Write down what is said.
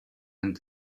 and